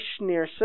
Schneerson